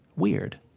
weird